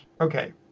Okay